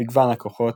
מגוון הכוחות,